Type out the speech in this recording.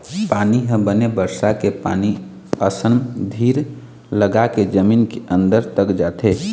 पानी ह बने बरसा के पानी असन धीर लगाके जमीन के अंदर तक जाथे